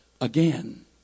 again